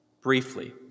Briefly